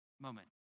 moment